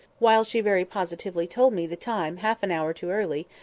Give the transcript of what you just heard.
while she very positively told me the time half-an-hour too early,